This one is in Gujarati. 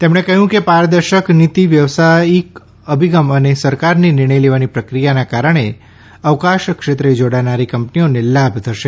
તેમણે કહ્યું કે પારદર્શક નીતિ વ્યવસાયિક અભિગમ અને સરકારની નિર્ણય લેવાની પ્રક્રિયાના કારણે અવકાશ ક્ષેત્રે જોડાનારી કંપનીઓને લાભ થશે